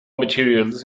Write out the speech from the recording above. materials